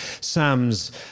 sam's